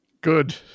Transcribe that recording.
good